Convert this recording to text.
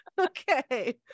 Okay